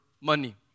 money